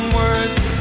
words